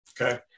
Okay